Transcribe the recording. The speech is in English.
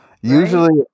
Usually